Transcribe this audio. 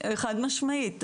חד-משמעית.